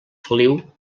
feliu